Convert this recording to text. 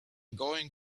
going